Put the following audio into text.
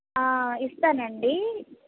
ఇస్తానండి